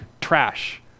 trash